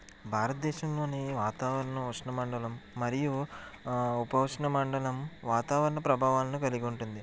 భారతదేశంలోని వాతావరణం ఉష్ణ మండలం మరియు పోషణ మండలం వాతావరణ ప్రభావాన్ని కలిగి ఉంటుంది